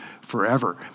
forever